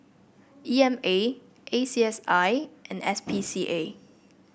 E M A A C S I and S P C A